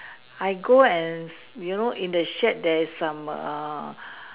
I go and you know in the shed there is some err